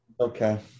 Okay